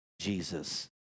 Jesus